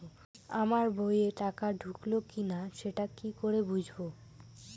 আমার বইয়ে টাকা ঢুকলো কি না সেটা কি করে বুঝবো?